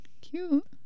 cute